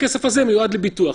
הכסף הזה מיועד לביטוח.